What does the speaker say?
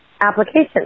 applications